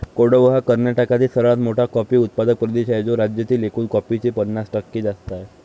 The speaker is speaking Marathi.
कोडागु हा कर्नाटकातील सर्वात मोठा कॉफी उत्पादक प्रदेश आहे, जो राज्यातील एकूण कॉफीचे पन्नास टक्के जास्त आहे